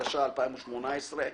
התשע"ח-2018.